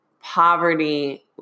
poverty